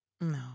No